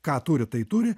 ką turi tai turi